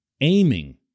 aiming